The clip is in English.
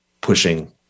pushing